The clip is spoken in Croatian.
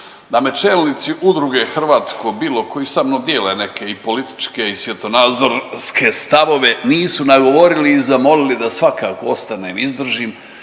da me čelnici udruge hrvatsko, bilo koji sa mnom dijele neke i političke i svjetonazorske stavove nisu nagovorili i zamolili da svakako ostanem, izdržim,